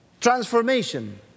Transformation